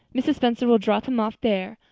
mrs. spencer will drop him off there.